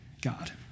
God